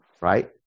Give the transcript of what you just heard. right